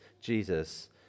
Jesus